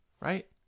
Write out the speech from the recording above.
right